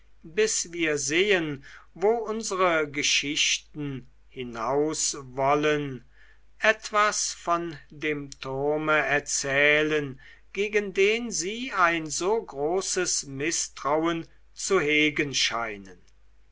bis wir sehen wo unsere geschichten hinaus wollen etwas von dem turme erzählen gegen den sie ein so großes mißtrauen zu hegen scheinen